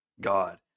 God